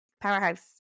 powerhouse